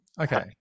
okay